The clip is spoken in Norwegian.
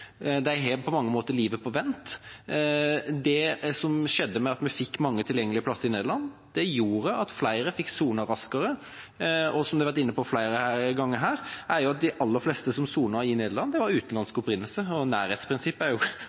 De har på mange måter livet på vent. Det at vi fikk mange tilgjengelige plasser i Nederland, gjorde at flere fikk sonet raskere. Og som flere har vært inne på, er de aller fleste som soner i Nederland, av utenlandsk opprinnelse. Så når det gjelder nærhetsprinsippet, var det kanskje nærmere der de bodde. Uansett reduserte det ventetida og